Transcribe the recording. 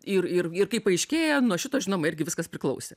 ir ir ir kaip paaiškėja nuo šito žinoma irgi viskas priklausė